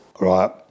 Right